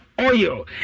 oil